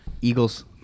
Eagles